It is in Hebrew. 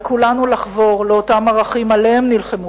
על כולנו לחבור לאותם ערכים שעליהם נלחמו